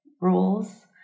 rules